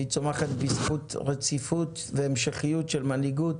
והיא צומחת בזכות רציפות והמשכיות של מנהיגות,